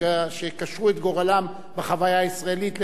את גורלם בחוויה הישראלית ללא כחל ושרק,